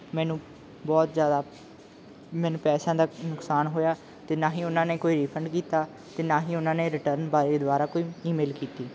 ਮੈਨੂੰ ਬਹੁਤ ਜ਼ਿਆਦਾ ਮੈਨੂੰ ਪੈਸਿਆਂ ਦਾ ਨੁਕਸਾਨ ਹੋਇਆ ਅਤੇ ਨਾ ਹੀ ਉਹਨਾਂ ਨੇ ਕੋਈ ਰੀਫੰਡ ਕੀਤਾ ਅਤੇ ਨਾ ਹੀ ਉਹਨਾਂ ਨੇ ਰਿਟਰਨ ਬਾਏ ਦੁਆਰਾ ਕੋਈ ਈਮੇਲ ਕੀਤੀ